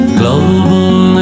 global